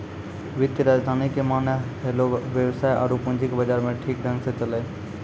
वित्तीय राजधानी के माने होलै वेवसाय आरु पूंजी के बाजार मे ठीक ढंग से चलैय